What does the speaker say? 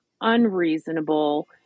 unreasonable